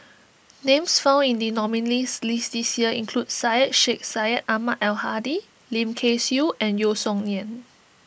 names found in the nominees' list this year include Syed Sheikh Syed Ahmad Al Hadi Lim Kay Siu and Yeo Song Nian